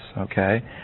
okay